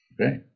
Okay